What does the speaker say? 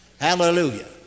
hallelujah